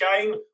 game